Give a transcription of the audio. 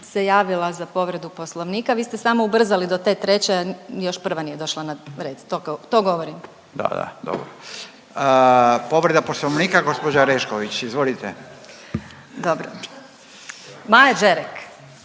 se javila za povredu Poslovnika, vi ste samo ubrzali do te treće, još prva nije došla na red, to govorim./... Da, da, dobro. Povreda Poslovnika, gđa Orešković, izvolite. **Orešković,